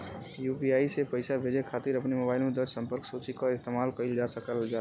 UPI से पइसा भेजे खातिर अपने मोबाइल में दर्ज़ संपर्क सूची क इस्तेमाल कइल जा सकल जाला